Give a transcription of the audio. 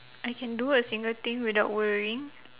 I can do a single thing without worrying